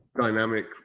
dynamic